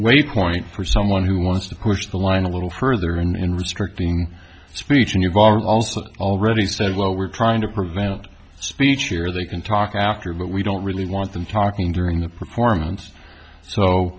waypoint for someone who wants to push the line a little further and in restricting speech and you've also already said well we're trying to prevent speech here they can talk after but we don't really want them talking during the performance so